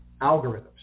algorithms